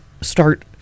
start